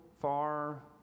far